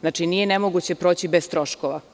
Znači, nije nemoguće proći bez troškova.